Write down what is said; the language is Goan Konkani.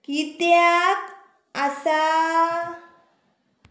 कित्याक आसा